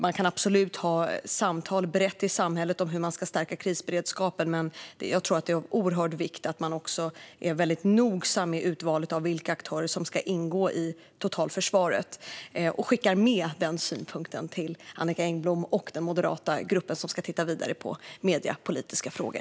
Man kan absolut ha öppna samtal brett i samhället om hur man ska stärka krisberedskapen, men jag tror att det är av oerhörd vikt att man är noga i valet av vilka aktörer som ska ingå i totalförsvaret. Jag skickar med den synpunkten till Annicka Engblom och den moderata grupp som ska titta vidare på mediepolitiska frågor.